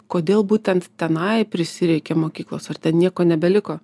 kodėl būtent tenai prisireikė mokyklos ar ten nieko nebeliko